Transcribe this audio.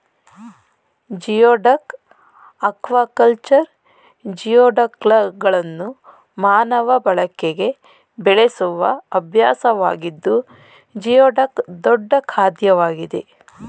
geoduck aquaculture ಜಿಯೋಡಕ್ಗಳನ್ನು ಮಾನವ ಬಳಕೆಗೆ ಬೆಳೆಸುವ ಅಭ್ಯಾಸವಾಗಿದ್ದು ಜಿಯೋಡಕ್ ದೊಡ್ಡ ಖಾದ್ಯವಾಗಿದೆ